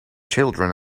children